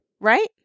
Right